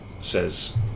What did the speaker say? says